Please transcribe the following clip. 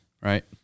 Right